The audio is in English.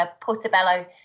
Portobello